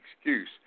excuse